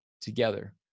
together